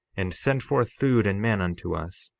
and send forth food and men unto us,